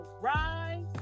rise